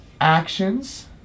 actions